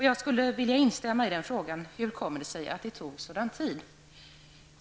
Jag skulle vilja instämma i frågan om hur det kom sig att det tog så lång tid.